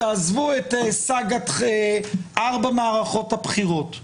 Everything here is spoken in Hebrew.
עזבו את סאגת ארבע מערכות הבחירות,